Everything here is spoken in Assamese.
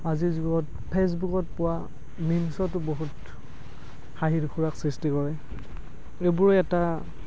আজিৰ যুগত ফেচবুকত পোৱা মিম্ছতো বহুত হাঁহিৰ খোৰাক সৃষ্টি কৰে এইবোৰ এটা